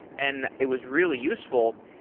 and it was really useful,